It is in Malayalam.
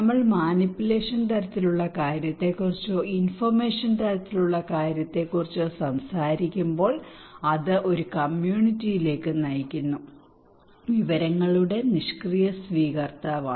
നമ്മൾ മാനിപുലേഷൻ തരത്തിലുള്ള കാര്യത്തെക്കുറിച്ചോ ഇൻഫർമേഷൻ തരത്തിലുള്ള കാര്യത്തെക്കുറിച്ചോ സംസാരിക്കുമ്പോൾ അത് ഒരു കമ്മ്യൂണിറ്റിയിലേക്ക് നയിക്കുന്നു വിവരങ്ങളുടെ നിഷ്ക്രിയ സ്വീകർത്താവാണ്